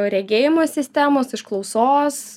regėjimo sistemos iš klausos